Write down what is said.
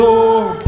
Lord